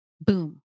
boom